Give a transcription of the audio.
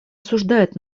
осуждает